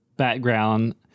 background